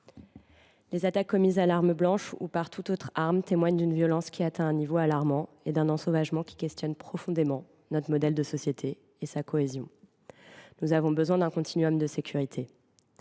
Les attaques commises au moyen d’une arme blanche ou de toute autre arme témoignent d’une violence qui atteint un niveau alarmant, d’un ensauvagement qui questionne profondément notre modèle de société et sa cohésion. Nous avons besoin d’un continuum de sécurité.